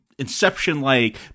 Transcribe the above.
Inception-like